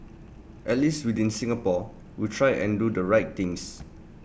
at least within Singapore we try and do the right things